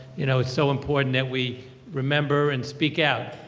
you know it's so important that we remember and speak out.